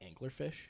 anglerfish